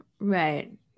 Right